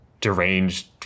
deranged